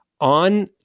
on